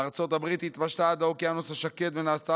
ארצות הברית התפשטה עד האוקיינוס השקט ונעשתה